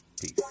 Peace